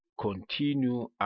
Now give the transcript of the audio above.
continue